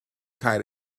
cael